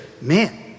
man